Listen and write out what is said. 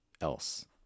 else